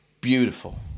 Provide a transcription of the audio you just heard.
beautiful